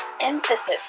emphasis